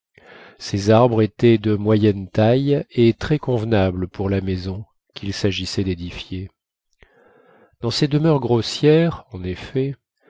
ces arbres étaient de moyenne taille et très convenables pour la maison qu'il s'agissait d'édifier dans ces demeures grossières en effet